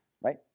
right